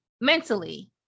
mentally